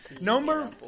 number